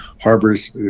harbors